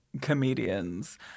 comedians